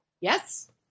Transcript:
Yes